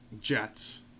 Jets